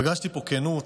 פגשתי פה כנות,